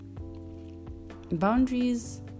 Boundaries